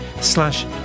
slash